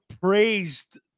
praised